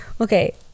okay